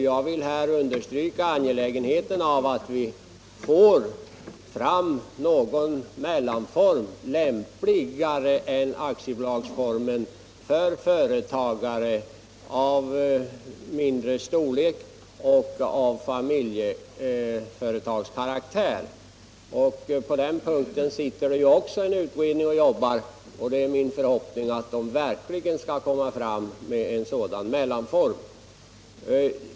Jag vill understryka nödvändigheten av att vi får fram någon mellanform som är lämpligare än aktiebolagsformen för företag av mindre storlek och av familjeföretagskaraktär. Också på den punkten pågår en utredning, och det är min förhoppning att den verkligen skall lägga fram förslag till en sådan mellanform.